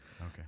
Okay